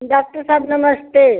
doctor साहब नमस्ते